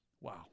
Wow